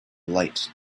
light